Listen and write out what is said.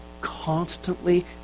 constantly